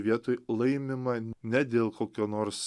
vietoj laimima ne dėl kokio nors